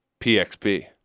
PXP